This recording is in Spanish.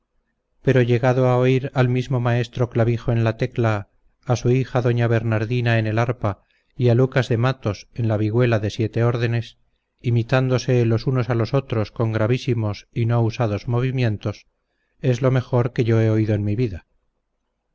pero llegado a oír al mismo maestro clavijo en la tecla a su hija doña bernardina en el arpa y a lucas de matos en la vihuela de siete órdenes imitándose los unos a los otros con gravísimos y no usados movimientos es lo mejor que yo he oído en mi vida